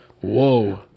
whoa